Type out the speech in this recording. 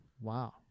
Wow